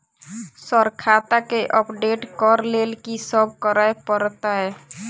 Sir खाता केँ update करऽ लेल की सब करै परतै?